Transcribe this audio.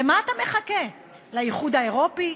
למה אתה מחכה, לאיחוד האירופי?